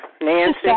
Nancy